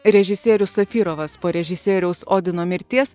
režisierius safyrovas po režisieriaus odino mirties